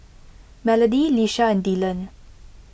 Melody Lisha and Dylan